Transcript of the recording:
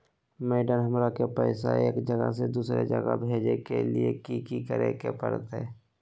Madam, हमरा के पैसा एक जगह से दुसर जगह भेजे के लिए की की करे परते?